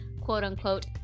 quote-unquote